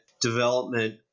development